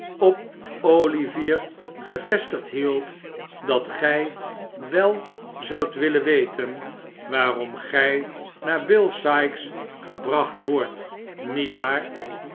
op olivier gevestigd hield dat gij wel zoudt willen weten waarom gij naar bill sikes gebracht wordt niet waar